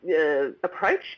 approach